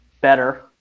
better